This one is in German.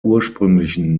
ursprünglichen